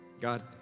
God